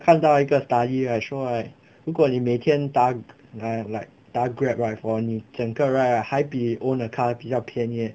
看到一个 study right 说 right 如果你每天搭 err like 搭 grab right for 你整个 ride 还比你 own a car 比较便宜 eh